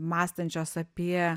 mąstančios apie